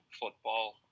football